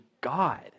God